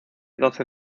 doce